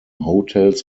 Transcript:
hotels